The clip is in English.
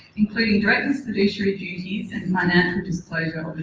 including directors fiduciary duties and financial disclosure